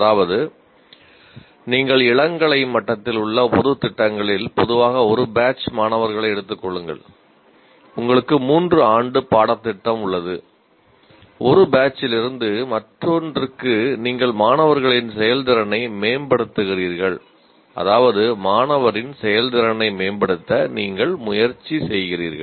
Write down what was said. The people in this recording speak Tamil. அதாவது நீங்கள் இளங்கலை மட்டத்தில் உள்ள பொதுத் திட்டங்களில் பொதுவாக ஒரு பேட்ச் மற்றொன்றுக்கு நீங்கள் மாணவர்களின் செயல்திறனை மேம்படுத்துகிறீர்கள் அதாவது மாணவரின் செயல்திறனை மேம்படுத்த நீங்கள் முயற்சி செய்கிறீர்கள்